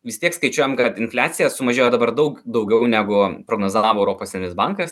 vis tiek skaičiuojam kad infliacija sumažėjo dabar daug daugiau negu prognozavo europos centrinis bankas